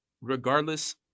Regardless